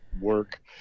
work